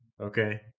Okay